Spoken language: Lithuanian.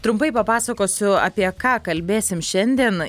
trumpai papasakosiu apie ką kalbėsim šiandien